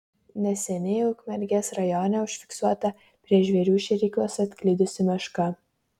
neseniai ukmergės rajone užfiksuota prie žvėrių šėryklos atklydusi meška